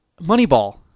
Moneyball